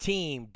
Team